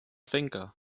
finger